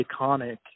iconic